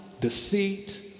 deceit